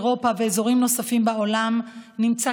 מאירופה ומאזורים נוספים בעולם נמצא